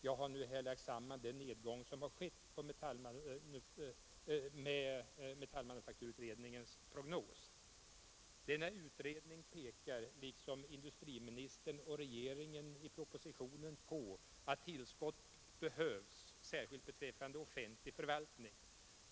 Jag har här lagt samman den nedgång som har skett med metallmanufakturutredningens prognos. Denna utredning pekar, liksom industriministern och regeringen i propositionen, på att tillskott behövs särskilt beträffande : offentlig 49 förvaltning.